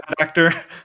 actor